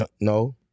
no